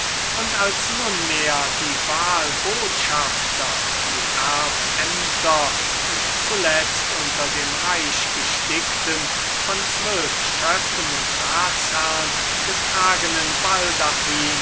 und als nunmehr die wahlbotschafter die erbämter und zuletzt unter dem reichgestickten von zwölf schöffen und ratsherrn getragenen